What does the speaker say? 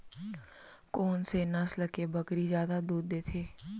कोन से नस्ल के बकरी जादा दूध देथे